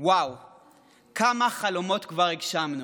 כמה חלומות כבר הגשמנו.